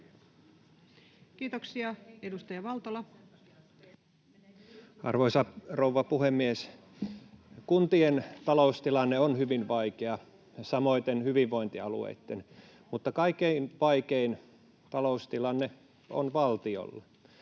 Time: 10:50 Content: Arvoisa rouva puhemies! Kuntien taloustilanne on hyvin vaikea, samoiten hyvinvointialueitten. Mutta kaikkein vaikein taloustilanne on valtiolla.